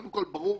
קודם כול, ברור